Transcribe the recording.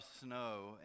snow